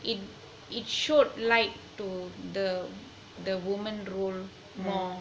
it it showed light to the the women drew more